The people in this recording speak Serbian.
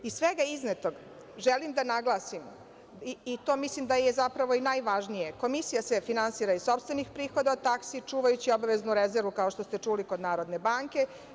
Iz svega iznetog želim da naglasim, i to mislim da je zapravo najvažnije, Komisija se finansira iz sopstvenih prihoda, taksi, čuvajući obaveznu rezervu, kao što ste čuli, kod Narodne banke.